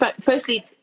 firstly